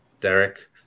Derek